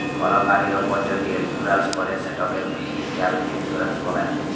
call গাড়ির উপর যদি ইলসুরেলস ক্যরে সেটকে ভেহিক্যাল ইলসুরেলস ব্যলে